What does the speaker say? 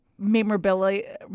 memorabilia